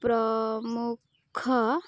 ପ୍ରମୁଖ